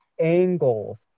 Angles